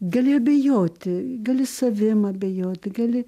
gali abejoti gali savim abejoti gali